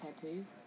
tattoos